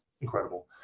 incredible